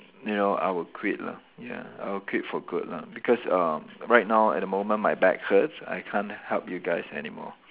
you know I would quit lah ya I would quit for good lah because uh right now at the moment my back hurts I can't help you guys anymore